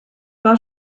war